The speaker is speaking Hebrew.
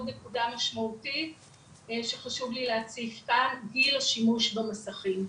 עוד נקודה משמעותית שחשוב לי להציף כאן היא גיל השימוש במסכים.